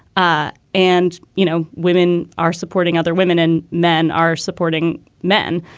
ah and, you know, women are supporting other women and men are supporting men.